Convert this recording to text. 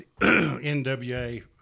NWA